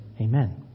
Amen